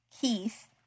Keith